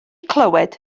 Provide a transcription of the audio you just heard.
clywed